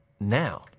now